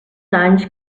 anys